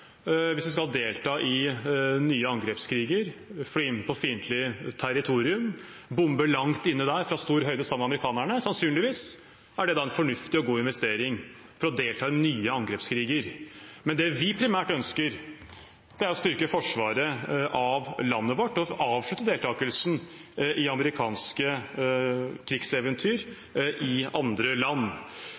hvis vi skal delta i nye angrepskriger, fly inn på fiendtlig territorium, bombe langt inne der fra stor høyde sammen med amerikanerne. Sannsynligvis er det da en fornuftig og god investering, for å delta i nye angrepskriger, men det vi primært ønsker, er å styrke forsvaret av landet vårt og avslutte deltakelsen i amerikanske krigseventyr i andre land.